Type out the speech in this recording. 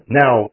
now